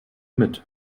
mit